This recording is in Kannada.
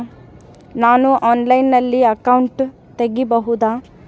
ನಾನು ಆನ್ಲೈನಲ್ಲಿ ಅಕೌಂಟ್ ತೆಗಿಬಹುದಾ?